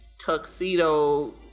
tuxedo